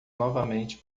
novamente